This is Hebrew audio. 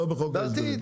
לא בחוק ההסדרים.